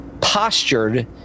postured